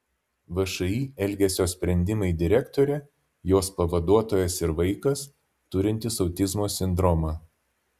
všį elgesio sprendimai direktorė jos pavaduotojas ir vaikas turintis autizmo sindromą